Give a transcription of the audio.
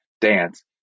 dance